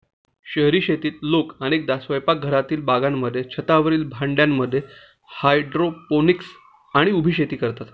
शहरी शेतीत लोक अनेकदा स्वयंपाकघरातील बागांमध्ये, छतावरील भांड्यांमध्ये हायड्रोपोनिक्स आणि उभी शेती करतात